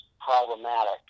problematic